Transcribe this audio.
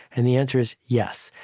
and the answer is, yes.